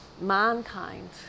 mankind